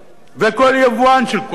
וכל יבואן של כוח-אדם,